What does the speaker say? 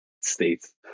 states